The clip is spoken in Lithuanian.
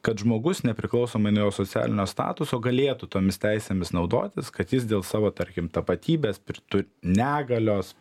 kad žmogus nepriklausomai nuo jo socialinio statuso galėtų tomis teisėmis naudotis kad jis dėl savo tarkim tapatybės pir tu negalios